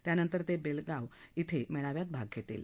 त्यानंतर ते बेलगाव िंग मेळाव्यात भाग घेतील